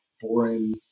boring